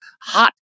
hot